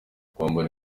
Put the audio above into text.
kwambara